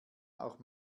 auch